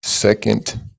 second